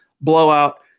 blowout